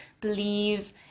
believe